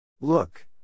Look